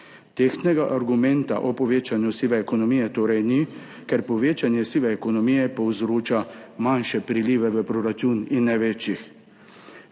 Tehtnega argumenta o povečanju sive ekonomije torej ni, ker povečanje sive ekonomije povzroča manjše prilive v proračun in ne večjih.